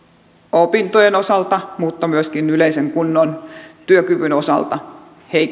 opintojen osalta mutta myöskin yleisen kunnon työkyvyn osalta